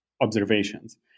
observations